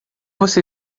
você